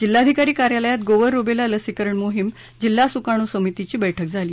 जिल्हाधिकारी कार्यालयात गोवर रुबेला लसीकरण मोहिम जिल्हा सुकाणू समितीची बैठक झाली